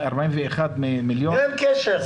ה-41 מיליון --- אין קשר.